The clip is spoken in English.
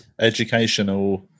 educational